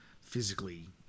physically